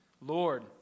Lord